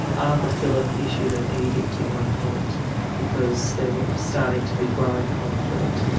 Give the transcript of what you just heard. arthur phillip issued an edict at one point because there was starting to be growing conflict.